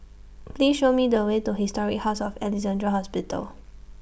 Please Show Me The Way to Historic House of Alexandra Hospital